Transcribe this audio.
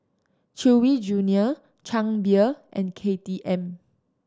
Chewy Junior Chang Beer and K T M